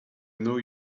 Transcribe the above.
know